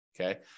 Okay